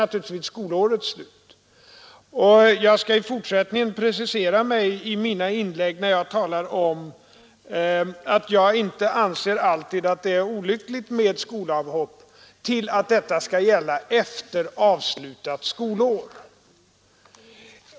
Jag skall i mina inlägg i fortsättningen precisera mig när jag talar om att jag inte alltid anser att det är olyckligt med skolavhopp till att detta skall gälla efter avslutat skolår.